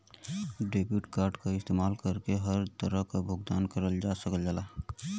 debit card क इस्तेमाल कइके हर तरह क भुगतान करल जा सकल जाला